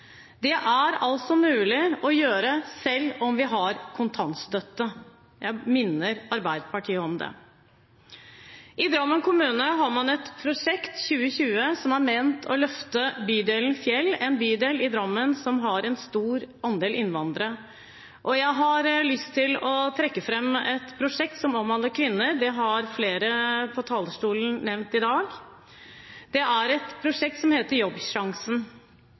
Det er altså mulig å gjøre selv om vi har kontantstøtte. Jeg minner Arbeiderpartiet om det. I Drammen kommune har man et prosjekt, Fjell 2020, som er ment å løfte bydelen Fjell, en bydel i Drammen som har en stor andel innvandrere. Jeg har lyst til å trekke fram et prosjekt som omhandler kvinner, det har flere på talerstolen nevnt i dag. Det er et prosjekt som heter Jobbsjansen.